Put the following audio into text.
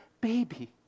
baby